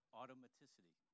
automaticity